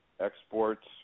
Exports